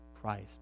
Christ